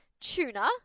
tuna